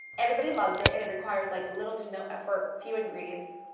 everybody loves it, and it requires like little to no effort, few ingredients,